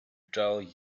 tell